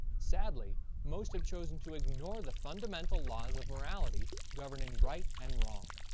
sadly, most have chosen to ignore the fundamental laws of morality governing right and wrong.